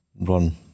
run